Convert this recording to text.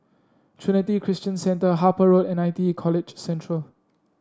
Trinity Christian Centre Harper Road and I T E College Central